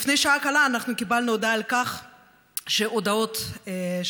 לפני שעה קלה אנחנו קיבלנו הודעה שהודאות של